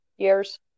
years